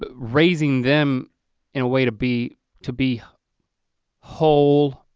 ah raising them in a way to be to be whole